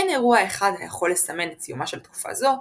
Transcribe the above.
אין אירוע אחד היכול לסמן את סיומה של תקופה זו,